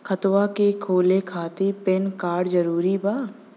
खतवा के खोले खातिर पेन कार्ड जरूरी बा?